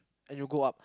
and you go up